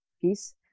peace